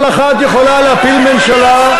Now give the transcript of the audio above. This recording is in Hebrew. כל אחת יכולה להפיל ממשלה,